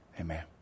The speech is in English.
Amen